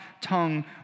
tongue